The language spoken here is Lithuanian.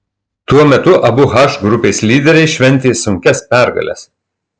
tuo metu abu h grupės lyderiai šventė sunkias pergales